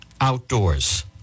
outdoors